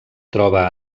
troba